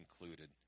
included